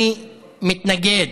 אני מתנגד.